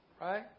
right